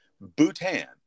Bhutan